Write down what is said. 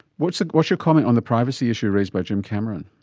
what's like what's your comment on the privacy issue raised by jim cameron?